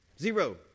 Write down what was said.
Zero